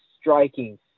striking